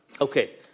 Okay